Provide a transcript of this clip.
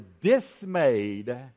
dismayed